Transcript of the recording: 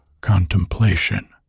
contemplation